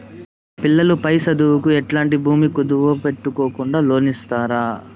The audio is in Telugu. మా పిల్లలు పై చదువులకు ఎట్లాంటి భూమి కుదువు పెట్టుకోకుండా లోను ఇస్తారా